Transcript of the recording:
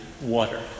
water